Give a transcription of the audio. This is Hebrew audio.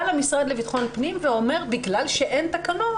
בא למשרד לביטחון פנים ואומר שבגלל שאין תקנות,